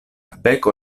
beko